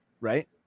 right